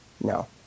No